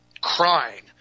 crying